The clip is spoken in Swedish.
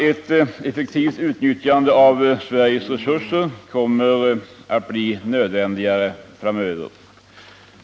Ett effektivt utnyttjande av Sveriges resurser kommer att bli nödvändigare framöver.